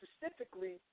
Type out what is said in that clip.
specifically